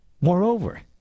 Moreover